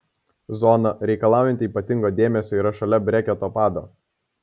zona reikalaujanti ypatingo dėmesio yra šalia breketo pado